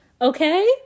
Okay